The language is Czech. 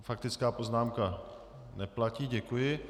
Faktická poznámka neplatí, děkuji.